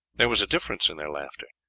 there was a difference in their laughter,